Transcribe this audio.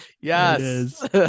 Yes